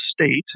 state